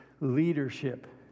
leadership